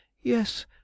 yes